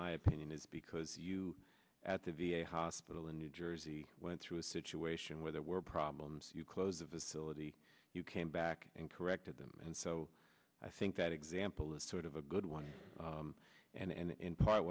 my opinion is because you at the v a hospital in new jersey went through a situation where there were problems you close of the syllabi you came back and corrected them and so i think that example is sort of a good one and in part